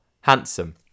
handsome